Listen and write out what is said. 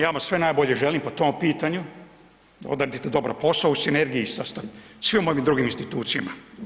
Ja vam sve najbolje želim po tom pitanju da odradite dobar posao u sinergiji sa svim ovim drugim institucijama.